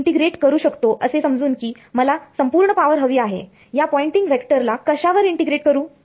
मी integrate करू शकतो असे समजून की मला संपूर्ण पावर हवी आहे या पॉयंटिंग वेक्टर ला कशावर इंटिग्रेट करू